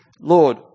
Lord